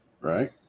right